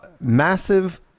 massive